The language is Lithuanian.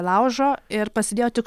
laužo ir pasidėjo tik